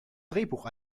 drehbuch